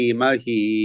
mahi